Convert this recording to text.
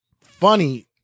funny